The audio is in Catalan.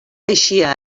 eixia